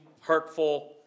hurtful